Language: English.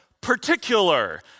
particular